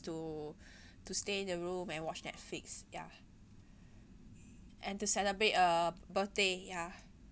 to to stay in the room and watch Netflix ya and to celebrate uh birthday ya